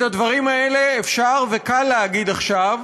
את הדברים האלה אפשר וקל להגיד עכשיו,